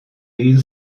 egin